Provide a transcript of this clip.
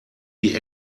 die